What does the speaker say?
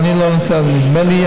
נדמה לי,